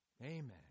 Amen